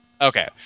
Okay